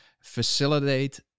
facilitate